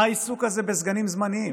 מה העיסוק הזה בסגנים זמניים?